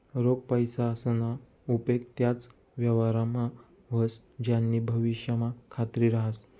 रोख पैसासना उपेग त्याच व्यवहारमा व्हस ज्यानी भविष्यमा खात्री रहास